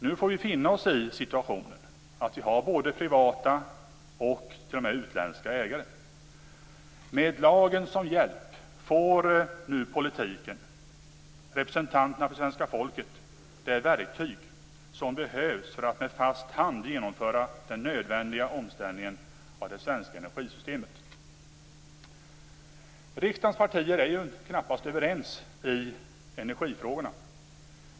Nu får vi finna oss i situationen att vi har både privata och t.o.m. utländska ägare. Med lagen som hjälp får nu politikerna, representanterna för svenska folket, det verktyg som behövs för att med fast hand genomföra den nödvändiga omställningen av det svenska energisystemet. Riksdagens partier är knappast överens i energifrågorna.